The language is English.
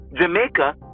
Jamaica